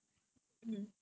so very far